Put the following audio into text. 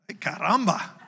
Caramba